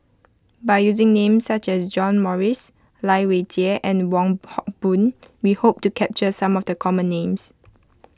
by using names such as John Morrice Lai Weijie and Wong Hock Boon we hope to capture some of the common names